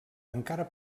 encara